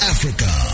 Africa